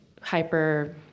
hyper